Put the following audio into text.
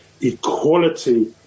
equality